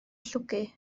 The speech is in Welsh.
llwgu